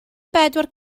bedwar